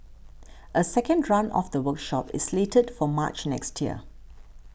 a second run of the workshop is slated for March next year